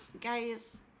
guys